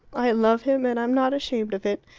i love him, and i'm not ashamed of it.